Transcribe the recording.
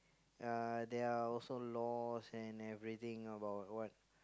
uh there are also laws and everything about what